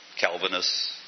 Calvinists